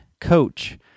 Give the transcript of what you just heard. coach